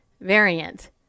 variant